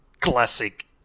classic